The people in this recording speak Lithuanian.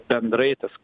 bendrai tas